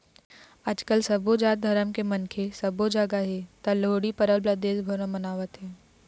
आजकाल सबो जात धरम के मनखे सबो जघा हे त लोहड़ी परब ल देश भर म मनावत हे